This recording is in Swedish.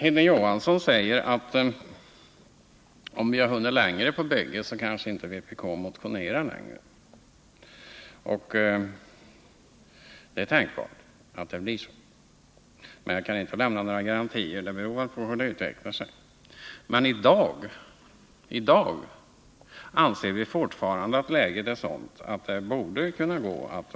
Hilding Johansson sade att vpk kanske inte motionerar längre när man har hunnit längre med bygget. Det är tänkbart att det blir så. men jag kan inte lämna några garantier. Det beror på hur det hela utvecklar sig. I dag anser vi dock fortfarande att läget är sådant att det borde kunna gå att